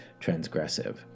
transgressive